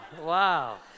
wow